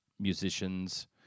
musicians